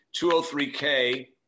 203K